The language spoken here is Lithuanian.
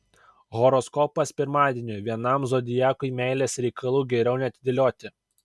horoskopas pirmadieniui vienam zodiakui meilės reikalų geriau neatidėlioti